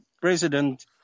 president